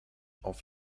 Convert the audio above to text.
auf